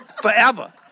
Forever